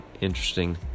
interesting